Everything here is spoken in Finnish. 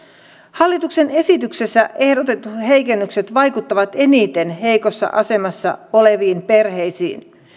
hallituksen esityksessä ehdotetut heikennykset vaikuttavat eniten heikossa asemassa oleviin perheisiin